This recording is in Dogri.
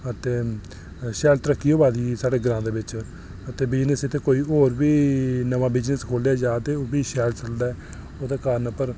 ते शैल तरक्की होआ दी साढ़े ग्रांऽ दे बिच ते बिज़नेस इत्थै होर बी कोई नमां बिज़नेस खोह्ल्लेआ जा ते ओह्बी शैल चलदा ऐ ओह्दे कारण पर